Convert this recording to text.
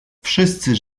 wszyscy